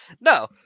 no